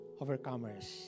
overcomers